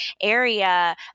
area